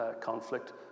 conflict